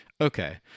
Okay